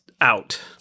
out